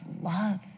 love